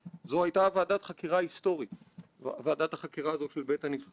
עם חקיקה שפעלה בעיקר נגד ארגוני עובדים והיכולת